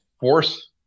force